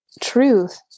truth